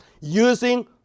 using